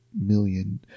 million